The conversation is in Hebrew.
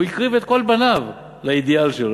הוא הקריב את כל בניו לאידיאל שלו,